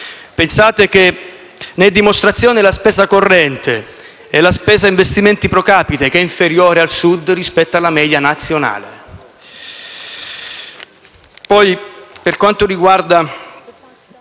tutelata. Ne sono dimostrazione la spesa corrente e la spesa per investimenti *pro capite*, che è inferiore al Sud rispetto alla media nazionale.